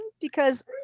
because-